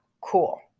Cool